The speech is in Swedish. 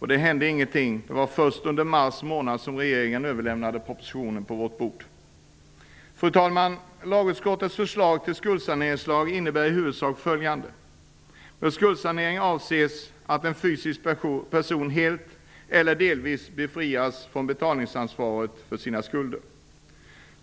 Men ingenting hände. Det var först under mars månad som regeringen lade propositionen på riksdagens bord. Fru talman! Lagutskottets förslag till skuldsaneringslag innebär i huvudsak följande. Med skuldsanering avses att en fysisk person helt eller delvis befrias från betalningsansvaret för sina skulder.